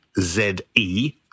Z-E